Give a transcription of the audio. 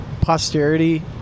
posterity